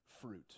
fruit